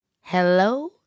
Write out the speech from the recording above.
Hello